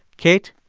kate,